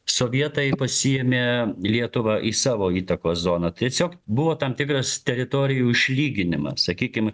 sovietai pasiėmė lietuvą į savo įtakos zoną tiesiog buvo tam tikras teritorijų išlyginimas sakykim